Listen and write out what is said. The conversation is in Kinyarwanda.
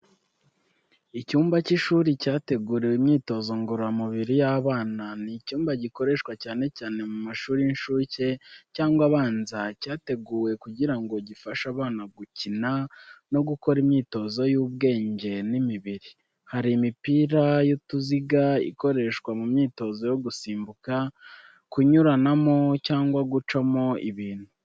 Icyumba cy’ishuri cyateguriwe imyitozo ngororamubiri y’abana ni icyumba gikoreshwa cyane cyane mu mashuri y’inshuke cyangwa abanza, cyateguwe kugira ngo gifashe abana gukina no gukora imyitozo y’ubwenge n’imibiri. Hari Imipira y’utuziga ikoreshwa mu myitozo yo gusimbuka, kunyuranamo, cyangwa gucamo ibintu.